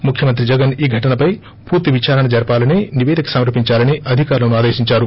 ముఖ్యమంత్రి జగన్ ఈ ఘటనపై పూర్తి విచారణ జరపాలని నిపేదిక సమర్పించాలని అధికారులను ఆదేశించారు